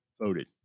voted